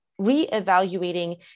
reevaluating